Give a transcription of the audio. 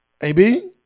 AB